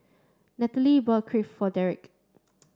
Nathalia bought Crepe for Derrek